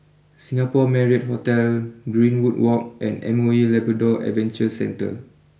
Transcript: Singapore Marriott Hotel Greenwood walk and M O E Labrador Adventure Centre